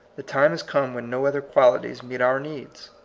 the time has come when no other qualities meet our needs.